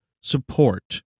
support